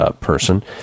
person